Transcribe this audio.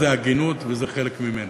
התכנון ביהודה ושומרון לגמור את התוכנית